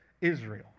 Israel